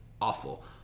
awful